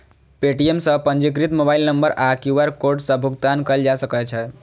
Paytm सं पंजीकृत mobile number आ क्यू.आर कोड सं भुगतान कैल जा सकै छै